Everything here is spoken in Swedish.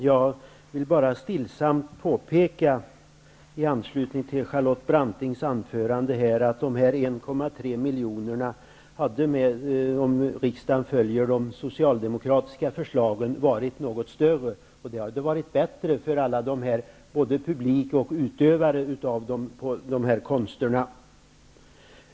Herr talman! Jag vill i anslutning till Charlotte Brantings anförande stillsamt påpeka att summan på 1,3 milj.kr. hade blivit något större om riksdagen hade följt de socialdemokratiska förslagen. Det hade varit bättre för både publiken och för dem som utövar dessa konster.